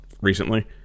recently